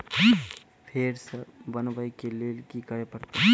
फेर सॅ बनबै के लेल की करे परतै?